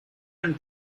and